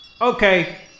Okay